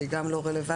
שהיא גם לא רלוונטית.